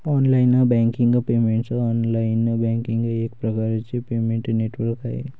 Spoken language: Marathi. online banking payments online banking एक प्रकारचे पेमेंट नेटवर्क आहे